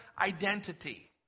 identity